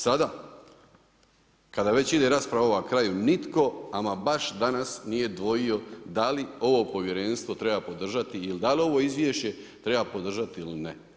Sada, kada već ide rasprava ova kraju nitko, ama baš danas, nije dvojio da li ovo povjerenstvo treba podražiti, ili da li ovo izvješće treba podržati ili ne.